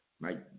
right